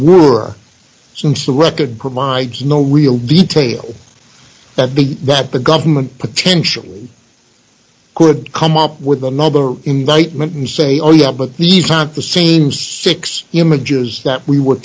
were since the record provides no real detail that the that the government potentially could come up with a number indictment and say oh yeah but these are not the same six images that we were